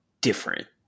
different